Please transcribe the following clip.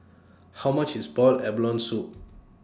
How much IS boiled abalone Soup